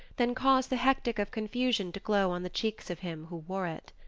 than cause the hectic of confusion to glow on the cheeks of him who wore it.